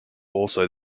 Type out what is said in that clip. also